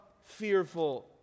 fearful